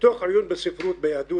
מתוך עיון בספרות ביהדות.